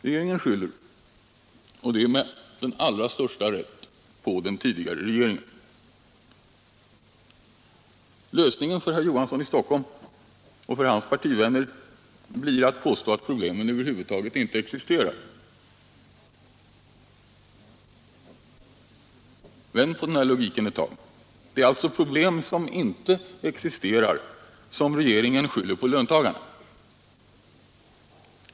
Regeringen skyller, och det med den allra största rätt, på den tidigare regeringen. Lösningen för herr Knut Johansson i Stockholm och hans partivänner blir att påstå att problemen över huvud taget inte existerar. Vänd på den här logiken ett tag! Det är alltså problem som inte existerar som regeringen skyller på löntagarna.